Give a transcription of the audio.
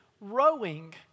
rowing